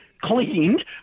cleaned